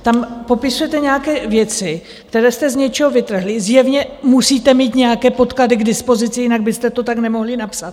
Tam popisujete nějaké věci, které jste z něčeho vytrhli, zjevně musíte mít nějaké podklady k dispozici, jinak byste to tak nemohli napsat.